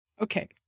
Okay